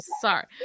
sorry